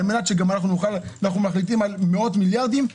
אנחנו מחליטים על מאות-מיליארדים,